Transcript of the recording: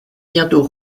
bientôt